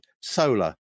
Solar